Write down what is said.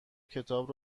کتاب